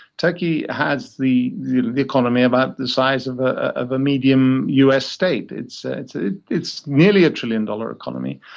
turkey has the you know the economy about the size of ah of a medium us state. it's ah it's ah nearly a trillion-dollar economy,